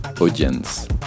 audience